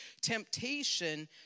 Temptation